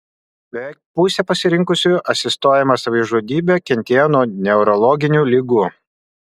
beveik pusė pasirinkusiųjų asistuojamą savižudybę kentėjo nuo neurologinių ligų